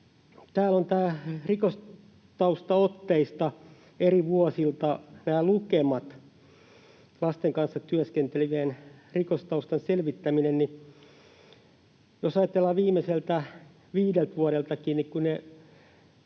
täällä on rikostaustaotteista eri vuosilta nämä lukemat, lasten kanssa työskentele-vien rikostaustan selvittäminen, niin jos ajatellaan viimeiseltä viideltä vuodeltakin,